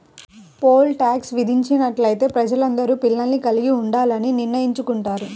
pole tax విధించినట్లయితే ప్రజలందరూ పిల్లల్ని కలిగి ఉండాలని నిర్ణయించుకుంటారు